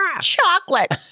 Chocolate